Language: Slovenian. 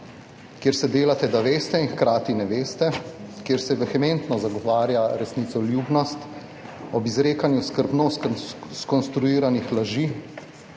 kjer se delate, da veste in hkrati ne veste, kjer se vehementno zagovarja resnicoljubnost ob izrekanju skrbno skonstruiranih laži,